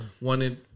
wanted